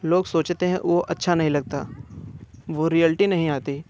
लोग सोचते हैं वह अच्छा नहीं लगता वह रियेलटी नही आती